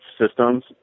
systems